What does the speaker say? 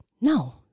No